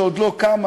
שעוד לא קמה,